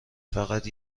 فقط